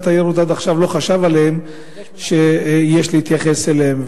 התיירות עד עכשיו לא חשב שיש להתייחס אליהם.